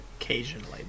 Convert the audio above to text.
occasionally